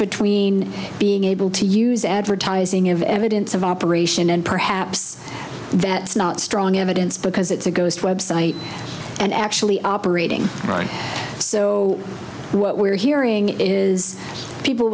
between being able to use advertising of evidence of operation and perhaps that's not strong evidence because it's a ghost website and actually operating right so what we're hearing is people